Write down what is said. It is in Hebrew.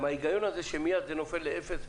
ההיגיון הזה שזה מייד נופל לאפס,